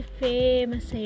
famous